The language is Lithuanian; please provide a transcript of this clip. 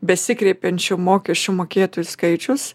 besikreipiančių mokesčių mokėtojų skaičius